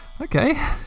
Okay